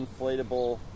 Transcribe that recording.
inflatable